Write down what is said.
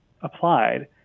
applied